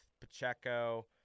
Pacheco